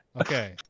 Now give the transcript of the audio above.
Okay